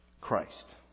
Christ